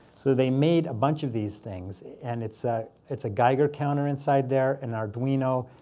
so they made a bunch of these things. and it's ah it's a geiger counter inside there, an arduino,